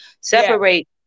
Separate